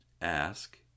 ask